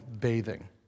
bathing